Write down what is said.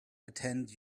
attend